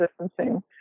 distancing